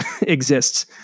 exists